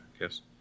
yes